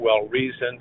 well-reasoned